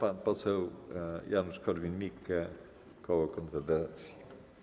Pan poseł Janusz Korwin-Mikke, koło Konfederacja.